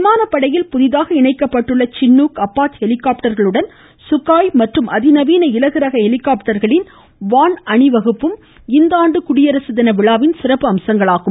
விமானப்படையில் புதிதாக இணைக்கப்பட்டுள்ள சின்னூக் அப்பாச் ஹெலிகாப்டர்களுடன் சுகாய் மற்றும் அதிநவீன இல்கு ரக ஹெலிகாப்டர்களின் வான் அணிவகுப்பு இந்தாண்டு குடியரசு தின விழாவின் சிறப்பம்சமாகும்